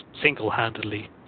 single-handedly